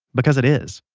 because it is.